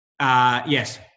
Yes